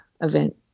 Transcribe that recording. event